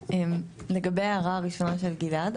לגבי ההערה הראשונה של גלעד,